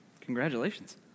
Congratulations